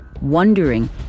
wondering